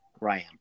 Ryan